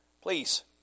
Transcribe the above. Please